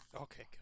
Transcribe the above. Okay